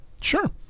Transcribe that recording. Sure